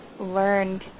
learned